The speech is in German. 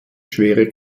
schwere